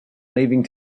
leaving